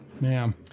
Ma'am